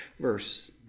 verse